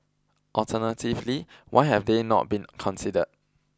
alternatively why have they not been considered